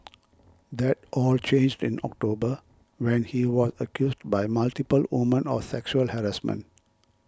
that all changed in October when he was accused by multiple women of sexual harassment